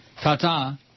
Ta-ta